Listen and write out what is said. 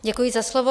Děkuji za slovo.